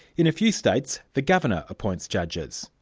in a few states, the governor appoints judges.